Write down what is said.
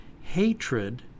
hatred